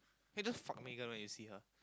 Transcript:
can you just fuck Megan when you see her